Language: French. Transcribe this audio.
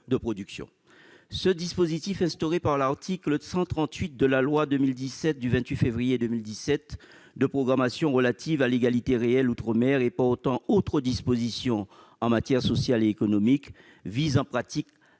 de production. Ce dispositif, instauré par l'article 138 de la loi du 28 février 2017 de programmation relative à l'égalité réelle outre-mer et portant autres dispositions en matière sociale et économique, dite loi